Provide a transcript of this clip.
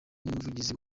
n’umuvugizi